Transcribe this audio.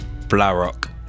Blarock